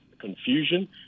confusion